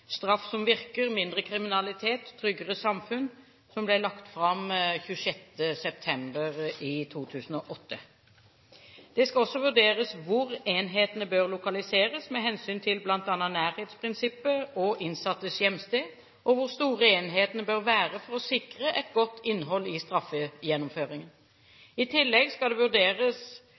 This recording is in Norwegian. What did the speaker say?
Straff som virker – mindre kriminalitet – tryggere samfunn, som ble lagt fram 26. september 2008. Det skal også vurderes hvor enhetene bør lokaliseres med hensyn til bl.a. nærhetsprinsippet og innsattes hjemsted, og hvor store enhetene bør være for å sikre et godt innhold i straffegjennomføringen. I tillegg skal det